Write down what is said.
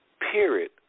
period